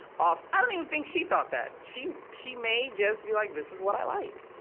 off. i don't even think she thought that. she, she may just be, like, this is what i like.